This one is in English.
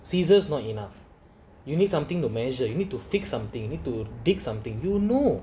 scissors not enough you need something to measure you need to fix something you need to dig something you know